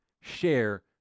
share